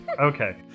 Okay